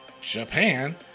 japan